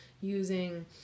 using